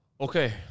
okay